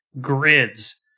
grids